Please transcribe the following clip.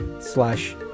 slash